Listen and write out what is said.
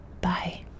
Bye